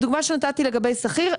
הדוגמה שנתתי לגבי שכיר,